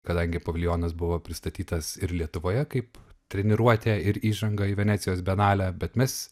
kadangi paviljonas buvo pristatytas ir lietuvoje kaip treniruotė ir įžanga į venecijos bienalę bet mes